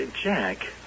Jack